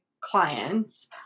clients